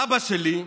סבא שלי,